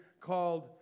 called